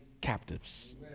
captives